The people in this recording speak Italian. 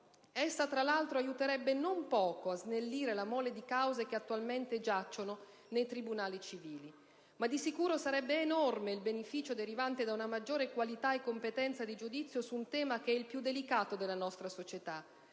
Essa, tra l'altro, aiuterebbe non poco a snellire la mole di cause che attualmente giacciono nei tribunali civili, ma di sicuro sarebbe enorme il beneficio derivante da una maggiore qualità e competenza di giudizio su un tema che è il più delicato della nostra società,